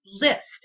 list